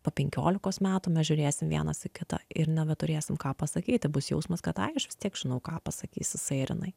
po penkiolikos metų mes žiūrėsim vienas į kitą ir nebeturėsim ką pasakyti bus jausmas kad ai aš vis tiek žinau ką pasakys jisai ar jinai